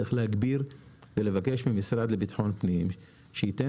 צריך להגביר ולבקש ממשרד לביטחון פנים שייתן